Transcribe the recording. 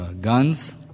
guns